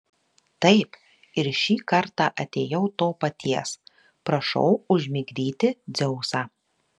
taip ir šį kartą atėjau to paties prašau užmigdyti dzeusą